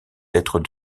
d’être